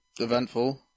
eventful